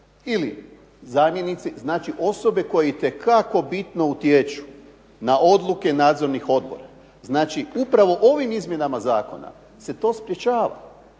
ili zamjenici, znači osobe koje itekako bitno utječu na odluke nadzornih odbora. Znači, upravo ovim izmjenama zakona se to sprječava.